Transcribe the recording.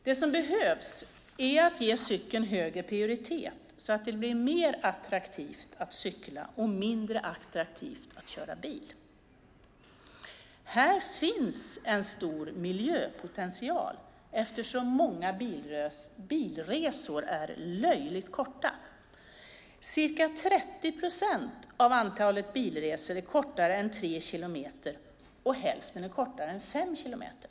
Det som behövs är att ge cykeln högre prioritet så att det blir mer attraktivt att cykla och mindre attraktivt att köra bil. Här finns en stor miljöpotential, eftersom många bilresor är löjligt korta. Ca 30 procent av antalet bilresor är kortare än tre kilometer, och hälften är kortare än fem kilometer.